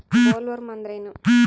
Bollworm ಅಂದ್ರೇನು?